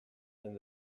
and